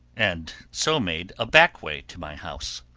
and so made a back way to my house.